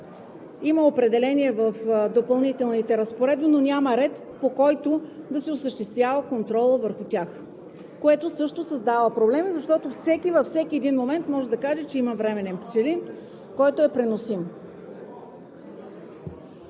Има определение в Допълнителните разпоредби, но няма ред, по който да се осъществява контролът върху тях, което също създава проблеми, защото всеки във всеки един момент може да каже, че има временен пчелин, който е преносим.